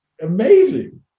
Amazing